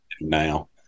Now